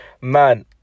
man